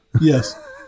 yes